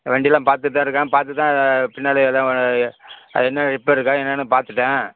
வண்டி எல்லாம் பார்த்துட் தான் இருக்கேன் பார்த்து தான் பின்னாலை எல்லாம் அது என்ன ரிப்பேர் இருக்கா என்னனு பார்த்துட்டேன்